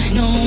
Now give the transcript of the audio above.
no